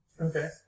Okay